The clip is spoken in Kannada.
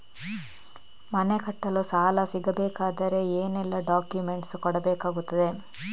ಮನೆ ಕಟ್ಟಲು ಸಾಲ ಸಿಗಬೇಕಾದರೆ ಏನೆಲ್ಲಾ ಡಾಕ್ಯುಮೆಂಟ್ಸ್ ಕೊಡಬೇಕಾಗುತ್ತದೆ?